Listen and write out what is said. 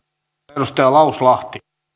arvoisa